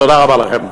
תודה רבה לכם.